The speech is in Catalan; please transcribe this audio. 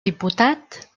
diputat